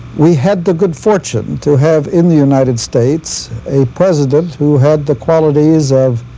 we had the good fortune to have in the united states a president who had the qualities of